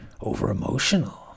over-emotional